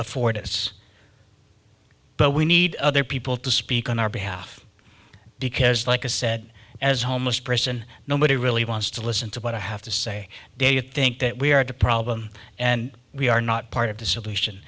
afford its but we need other people to speak on our behalf because like i said as a homeless person nobody really wants to listen to what i have to say they think that we are the problem and we are not part of the solution